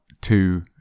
two